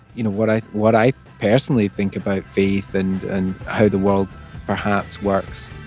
you know, what i what i personally think about faith and and how the world perhaps works.